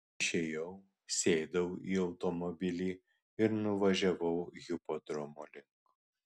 išėjau sėdau į automobilį ir nuvažiavau hipodromo link